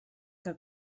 que